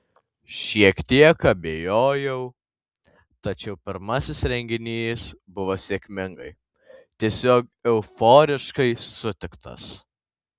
šiek tiek abejojau tačiau pirmasis renginys buvo sėkmingai tiesiog euforiškai sutiktas